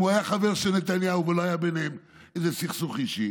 אם הוא היה חבר של נתניהו ולא היה ביניהם איזה סכסוך אישי,